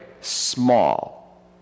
small